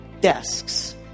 desks